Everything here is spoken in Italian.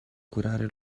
curare